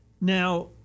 Now